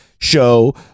show